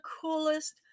coolest